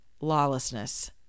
Lawlessness